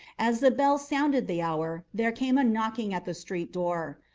as the bell sounded the hour, there came a knocking at the street door.